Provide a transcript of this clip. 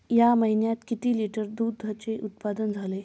या महीन्यात किती लिटर दुधाचे उत्पादन झाले?